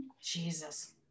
jesus